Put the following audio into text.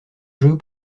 jeu